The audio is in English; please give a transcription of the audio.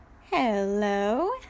Hello